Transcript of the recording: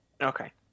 Okay